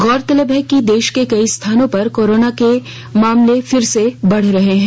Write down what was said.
गौरतलब है कि देश के कई स्थानों पर कोरोना के मामले फिर से बढ़ रहे हैं